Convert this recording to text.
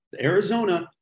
Arizona